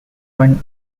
one